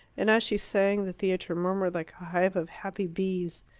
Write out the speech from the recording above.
and as she sang the theatre murmured like a hive of happy bees.